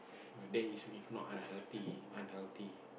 no that is if not unhealthy unhealthy